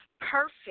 perfect